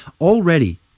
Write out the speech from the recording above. already